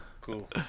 Cool